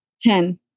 Ten